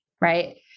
right